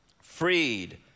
Freed